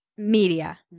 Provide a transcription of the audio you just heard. Media